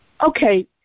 Okay